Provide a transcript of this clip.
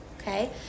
Okay